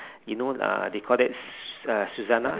you know uh they call that s~ uh suzzanna